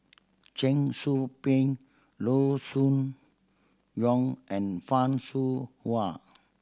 Cheong Soo Pieng Loo Choon Yong and Fan Shao Hua